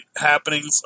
happenings